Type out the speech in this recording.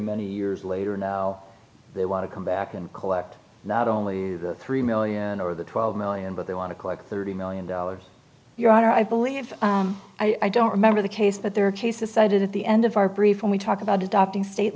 many years later now they want to come back and collect not only the three million or the twelve million but they want to collect thirty million dollars your honor i believe i don't remember the case but there are cases cited at the end of our brief when we talk about adopting state